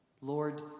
Lord